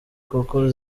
kuko